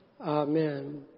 Amen